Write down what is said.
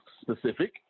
specific